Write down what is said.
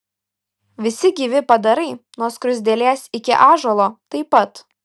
visi gyvi padarai nuo skruzdėlės iki ąžuolo taip pat